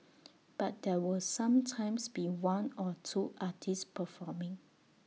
but there will sometimes be one or two artists performing